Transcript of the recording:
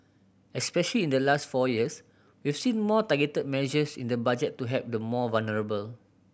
especially in the last four years we've seen more targeted measures in the Budget to help the more vulnerable